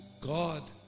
God